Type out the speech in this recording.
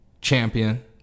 champion